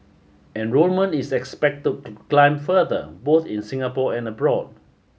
enrolment is expected to climb further both in Singapore and abroad